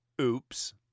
oops